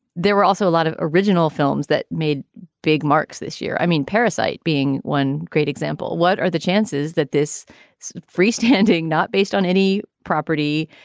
there were also a lot of original films that made big marks this year. i mean, parasyte being one great example. what are the chances that this free-standing not based on any property,